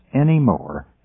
anymore